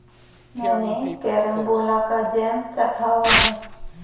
मैंने कैरमबोला का जैम चखा हुआ है